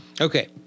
Okay